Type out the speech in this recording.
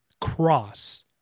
cross